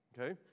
okay